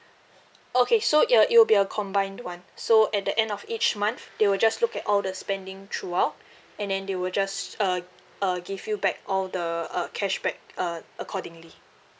okay so it'll it will be a combined one so at the end of each month they will just look at all the spending throughout and then they will just uh uh give you back all the uh cashback uh accordingly